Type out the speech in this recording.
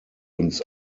uns